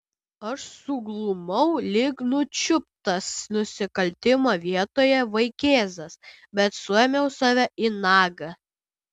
aš suglumau lyg nučiuptas nusikaltimo vietoje vaikėzas bet suėmiau save į nagą